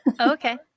Okay